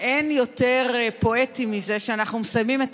אין יותר פואטי מזה שאנחנו מסיימים את